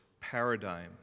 paradigm